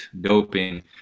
doping